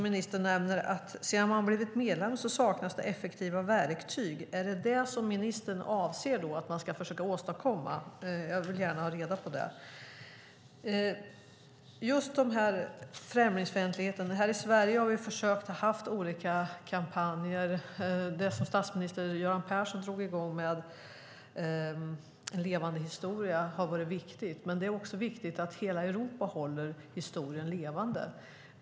Ministern nämner att sedan man blivit medlem saknas det effektiva verktyg för kontroll. Är det detta ministern avser att man ska försöka åstadkomma? Jag vill gärna få reda på det. Här i Sverige har vi haft olika kampanjer. Det som statsminister Göran Persson drog i gång, Levande historia, har varit viktigt. Men det är också viktigt att hela Europa håller historien levande.